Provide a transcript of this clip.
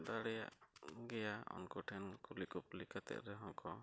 ᱫᱟᱲᱮᱭᱟᱜ ᱜᱮᱭᱟ ᱩᱱᱠᱩ ᱴᱷᱮᱱ ᱠᱩᱞᱤᱼᱠᱩᱯᱩᱞᱤ ᱠᱟᱛᱮᱫ ᱨᱮᱦᱚᱸ ᱠᱚ